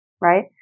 right